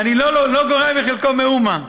ואני לא גורע מחלקו מאומה,